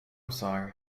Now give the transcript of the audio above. sorry